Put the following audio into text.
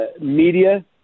media